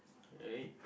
alright